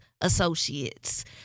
associates